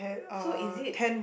so is it